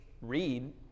read